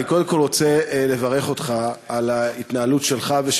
אני קודם כול רוצה לברך אותך על ההתנהלות שלך ושל